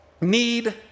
need